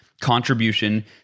contribution